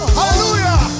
Hallelujah